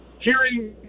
hearing